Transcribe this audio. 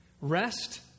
Rest